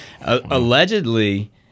Allegedly